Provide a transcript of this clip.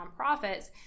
nonprofits